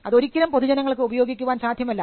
അതൊരിക്കലും പൊതുജനങ്ങൾക്ക് ഉപയോഗിക്കുവാൻ സാധ്യമല്ല